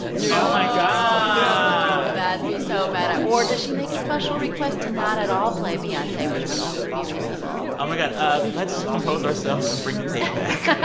you know oh, my god that'd be so meta. or does she make a special request to not at all play beyonce, which would also be reasonable? oh, my god. ah let's compose ourselves and bring the tape back